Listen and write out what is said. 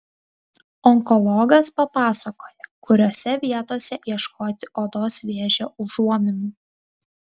onkologas papasakojo kuriose vietose ieškoti odos vėžio užuominų